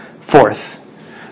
Fourth